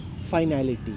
finality